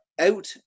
out